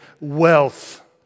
wealth